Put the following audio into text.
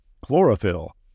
Chlorophyll